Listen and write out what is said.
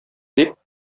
дип